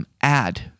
add